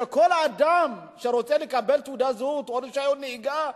שכל אדם שרוצה לקבל תעודת זהות או רשיון נהיגה,